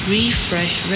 Refresh